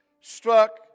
struck